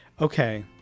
Okay